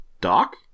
Doc